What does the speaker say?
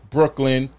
Brooklyn